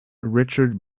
richard